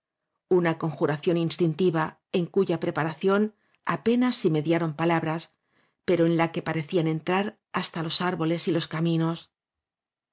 una conjuración instintiva en cuya preparación apenas si mediaron palabras pero la en que parecían entrar hasta los árboles y pos caminos